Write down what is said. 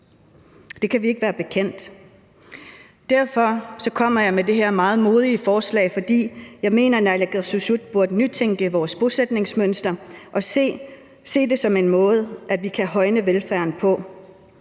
Det kan vi ikke være bekendt. Derfor kommer jeg med det her meget modige forslag, for jeg mener, at naalakkersuisut burde nytænke vores bosætningsmønster og se det som en måde, vi kan højne velfærden på.